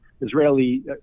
Israeli